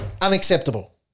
unacceptable